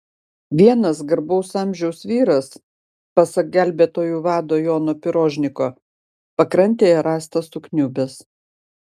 vienas garbaus amžiaus vyras pasak gelbėtojų vado jono pirožniko pakrantėje rastas sukniubęs